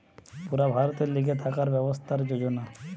পুরা ভারতের লিগে থাকার ব্যবস্থার যোজনা